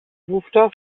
wówczas